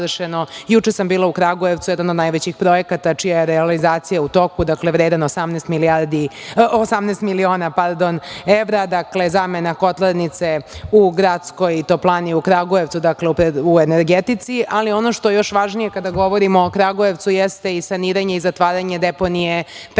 Juče sam bila u Kragujevcu, jedan od najvećih projekata čija je realizacija u toku, vredan 18 miliona evra – zamena kotlarnice u gradskoj toplani u Kragujevcu u energetici. Ono što je još važnije kada govorimo o Kragujevcu jeste i saniranje i zatvaranje deponije pepelišta.